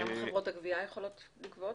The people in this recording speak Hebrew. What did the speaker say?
כמה חברות הגבייה יכולות לגבות?